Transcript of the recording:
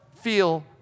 feel